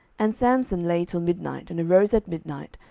and samson lay till midnight, and arose at midnight,